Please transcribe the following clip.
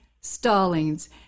Stallings